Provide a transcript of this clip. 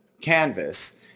canvas